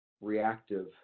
reactive